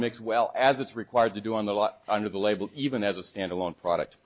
mix well as it's required to do on the lot under the label even as a standalone product